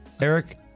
Eric